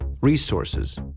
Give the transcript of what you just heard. resources